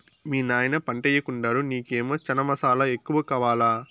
మీ నాయన పంటయ్యెకుండాడు నీకేమో చనా మసాలా ఎక్కువ కావాలా